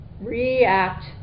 react